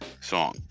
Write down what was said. Song